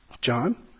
John